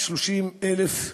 230,000 נפשות: